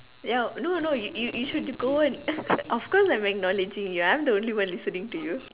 ya no no you you you should go when of course I'm acknowledging ya I'm the only one listening to you